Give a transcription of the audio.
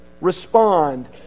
respond